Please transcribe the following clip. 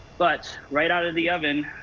but right out of the oven,